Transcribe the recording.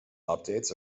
updates